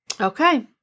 Okay